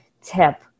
tip